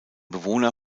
bewohner